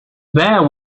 there